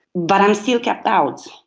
but i'm still kept out.